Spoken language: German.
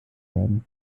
werden